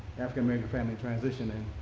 african-american family transitioning